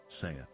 saith